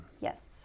Yes